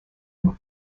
and